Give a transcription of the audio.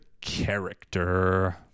character